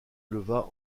leva